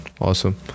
awesome